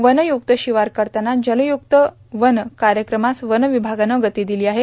वनयुक्त शिवार करताना जलयुक्त वन कार्यक्रमास वन विभागानं गती दिली आहे